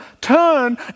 turn